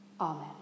Amen